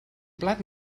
plat